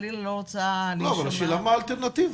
השאלה מה האלטרנטיבה.